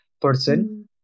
person